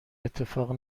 اتفاق